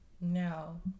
No